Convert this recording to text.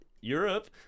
Europe